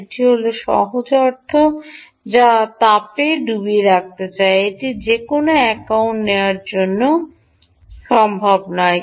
এটি এর সহজ অর্থ হল এর অর্থ হল আপনি উত্তাপের তাপ ডুবিয়ে রাখছেন এটি যে কোনও অ্যাকাউন্টে নেওয়ার সময় আমি তা নই